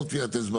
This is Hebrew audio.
לא טביעת אצבע,